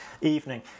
evening